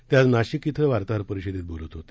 ते आज नाशिक इथं वार्ताहर परिषदेत बोलत होते